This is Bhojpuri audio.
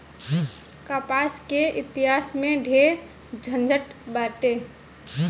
कपास के इतिहास में ढेरे झनझट बाटे